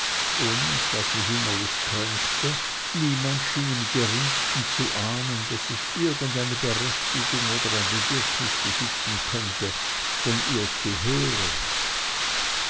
und was mich innerlich kränkte niemand schien im geringsten zu ahnen daß ich irgendeine berechtigung oder ein bedürfnis besitzen könnte von ihr zu hören